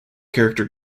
character